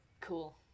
Cool